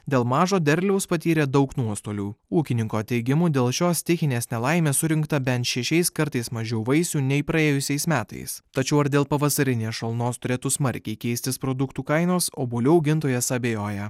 dėl mažo derliaus patyrė daug nuostolių ūkininko teigimu dėl šios stichinės nelaimės surinkta bent šešiais kartais mažiau vaisių nei praėjusiais metais tačiau ar dėl pavasarinės šalnos turėtų smarkiai keistis produktų kainos obuolių augintojas abejoja